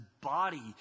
body